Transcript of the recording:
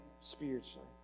spiritually